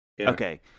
Okay